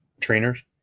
trainers